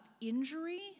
injury